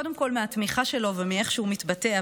קודם כול מהתמיכה שלו ומאיך שהוא מתבטא.